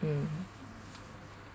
mm